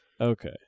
Okay